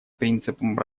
принципом